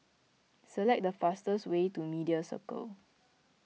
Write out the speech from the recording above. select the fastest way to Media Circle